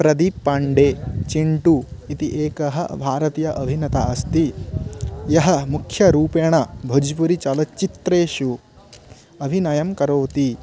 प्रदीप् पाण्डे चिण्टु इति एकः भारतीय अभिनेता अस्ति यः मुख्यरूपेण भोज्पुरिचलच्चित्रेषु अभिनयं करोति